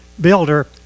builder